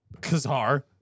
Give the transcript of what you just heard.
Kazar